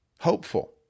Hopeful